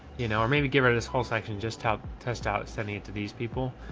you know, or maybe get rid of this whole section, just help test out sending it to these people.